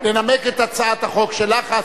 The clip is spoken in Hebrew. לכן,